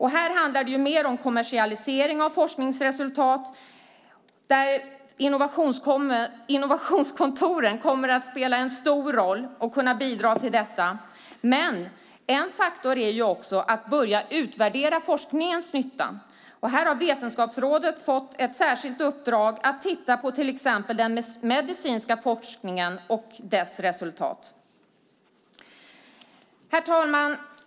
Här handlar det mer om kommersialisering av forskningsresultat. Där kommer innovationskontoren att spela en stor roll och bidra till detta. En faktor är också att börja utvärdera forskningens nytta. Här har Vetenskapsrådet fått ett särskilt uppdrag att titta på till exempel den medicinska forskningen och dess resultat. Herr talman!